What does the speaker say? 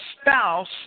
spouse